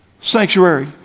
sanctuary